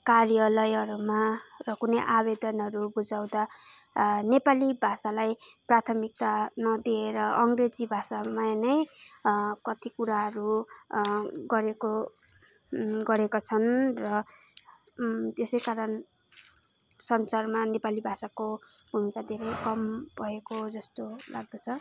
कार्यलयहरूमा र कुनै आवेदनहरू बुझाउँदा नेपाली भाषालाई प्राथमिकता नदिएर अङ्ग्रेजी भाषामा नै कति कुराहरू गरेको गरेका छन् र त्यसै कारण संसारमा नेपाली भाषाको भूमिका धेरै कम भएको जस्तो लाग्दछ